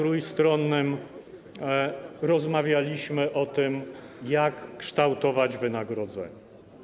rozmawialiśmy o tym, jak kształtować wynagrodzenia.